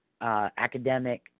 academic